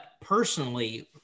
personally